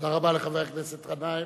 תודה רבה לחבר הכנסת גנאים.